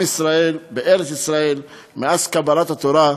עם ישראל בארץ-ישראל, מאז קבלת התורה,